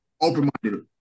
open-minded